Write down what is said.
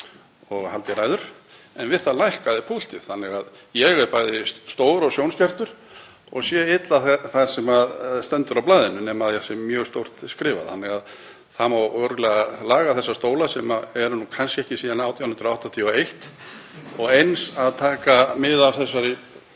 og haldið ræður og við það lækkaði púltið. Ég er bæði stór og sjónskertur og sé illa það sem stendur á blaðinu nema það sé mjög stórt skrifað. Það má örugglega laga þessa stóla, sem eru nú kannski ekki síðan 1881, og eins að taka mið af því að